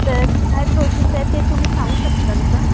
तर काय प्रोसेस आहे ते तुम्ही सांगू शकताल का